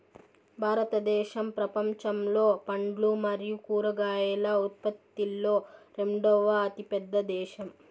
భారతదేశం ప్రపంచంలో పండ్లు మరియు కూరగాయల ఉత్పత్తిలో రెండవ అతిపెద్ద దేశం